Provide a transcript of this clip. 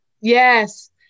Yes